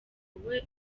wowe